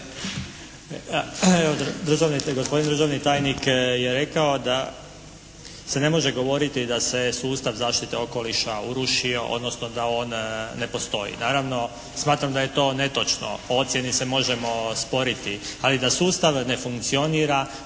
Gospodin državni tajnik je rekao da se ne može govoriti da se sustav zaštite okoliša urušio, odnosno da on ne postoji. Naravno smatram da je to netočno. O ocjeni se možemo sporiti, ali da sustav ne funkcionira